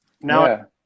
now